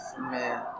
Man